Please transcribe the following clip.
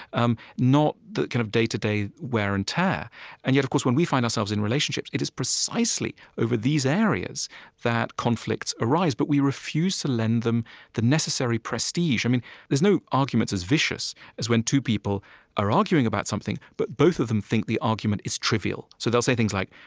um not the kind of day to day wear and tear and yet, of course, when we find ourselves in relationships, it is precisely over these areas that conflicts arise, but we refuse to lend them the necessary prestige. there's no arguments as vicious as when two people are arguing something, but both of them think the argument is trivial. so they'll say things like,